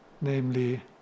namely